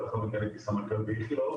ולאחר מכן הייתי סמנכ"ל באיכילוב.